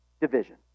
Division